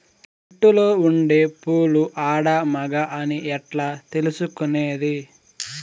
చెట్టులో ఉండే పూలు ఆడ, మగ అని ఎట్లా తెలుసుకునేది?